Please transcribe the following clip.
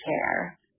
care